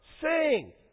Sing